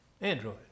Android